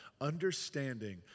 Understanding